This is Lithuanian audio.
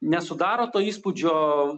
nesudaro to įspūdžio